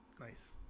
Nice